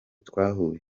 twahuye